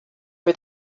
for